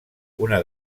una